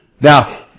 Now